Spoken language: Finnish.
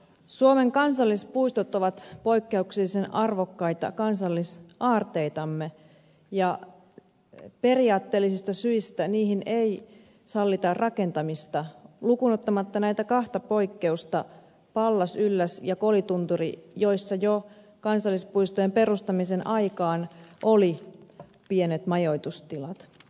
suomen kansallispuistot ovat poikkeuksellisen arvokkaita kansallisaarteitamme ja periaatteellisista syistä niihin ei sallita rakentamista lukuun ottamatta näitä kahta poikkeusta pallas ylläs ja koli tunturia joissa jo kansallispuistojen perustamisen aikaan oli pienet majoitustilat